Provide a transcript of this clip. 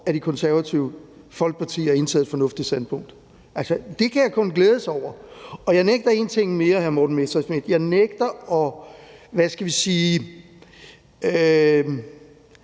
at Det Konservative Folkeparti har indtaget et fornuftigt standpunkt. Altså, det kan jeg kun glædes over. Jeg nægter en ting mere, hr. Morten Messerschmidt. Jeg nægter at, hvad skal vi sige,